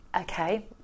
Okay